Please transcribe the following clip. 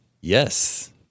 Yes